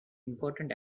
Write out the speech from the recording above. important